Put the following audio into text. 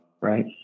Right